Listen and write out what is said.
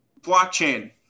Blockchain